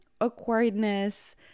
awkwardness